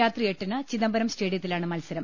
രാത്രി എട്ടിന് ചിദംബരം സ്റ്റേഡിയത്തിലാണ് മത്സരം